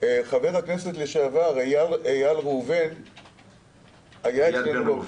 חבר הכנסת לשעבר, איל בן ראובן,